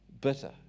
Bitter